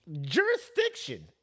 Jurisdiction